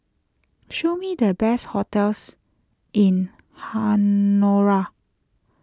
show me the best hotels in Honiara